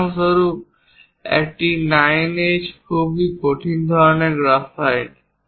উদাহরণস্বরূপ একটি 9H খুব কঠিন ধরনের গ্রাফাইট